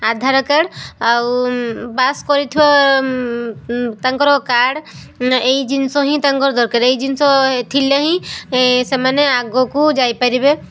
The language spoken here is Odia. ଆଧାର କାର୍ଡ଼ ଆଉ ପାସ୍ କରିଥିବା ତାଙ୍କର କାର୍ଡ଼ ଏଇ ଜିନିଷ ହିଁ ତାଙ୍କର ଦରକାର ଏଇ ଜିନିଷ ଥିଲେ ହିଁ ସେମାନେ ଆଗକୁ ଯାଇପାରିବେ